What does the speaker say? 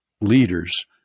leaders